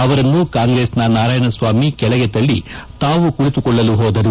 ಅವರನ್ನು ಕಾಂಗ್ರೆಸ್ನ ನಾರಾಯಣಸ್ವಾಮಿ ಕೆಳಗೆ ತಳ್ಳಿ ತಾವು ಕುಳಿತುಕೊಳ್ಳಲು ಹೋದರು